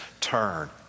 turn